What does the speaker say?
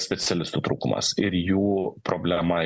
specialistų trūkumas ir jų problema